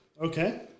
Okay